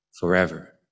forever